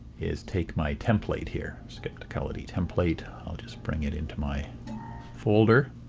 is take my template here skepticality template i'll just bring it into my folder.